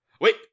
wait